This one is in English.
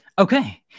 Okay